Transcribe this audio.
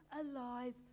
alive